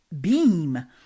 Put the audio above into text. beam